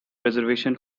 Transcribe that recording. reservation